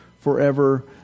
forever